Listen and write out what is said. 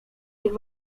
tych